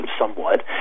somewhat